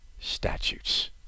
statutes